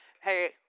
hey